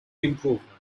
improvement